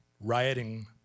rioting